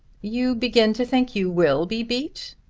you begin to think you will be beat?